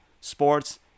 Sports